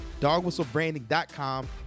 dogwhistlebranding.com